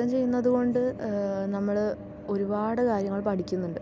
നൃത്തം ചെയ്യുന്നത് കൊണ്ട് നമ്മള് ഒരുപാട് കാര്യങ്ങൾ പഠിക്കുന്നുണ്ട്